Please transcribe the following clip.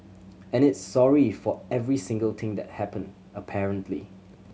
and it's sorry for every single thing that happened apparently